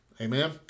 Amen